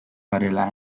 garela